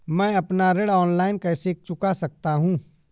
मैं अपना ऋण ऑनलाइन कैसे चुका सकता हूँ?